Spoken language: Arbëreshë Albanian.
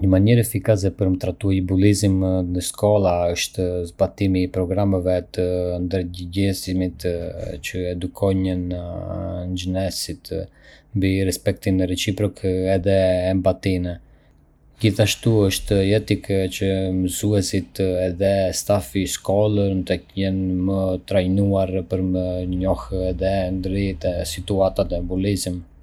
Një mënyrë efikase për me trajtue bullizmin në shkolla është zbatimi i programeve të ndërgjegjësimit që edukojnë nxënësit mbi respektin reciprok edhe empatinë. Gjithashtu është jetike që mësuesit edhe stafi shkollor të jenë të trajnuar për me njohë edhe ndërhy në situata të bullizmit.